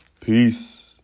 Peace